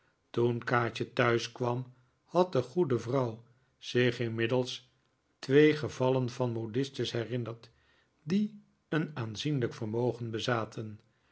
toen kaatje thuis kwam had de goede vrouw zich inmiddels twee gevallen van modistes herinnerd die een aanzienlijk vermogen bezaten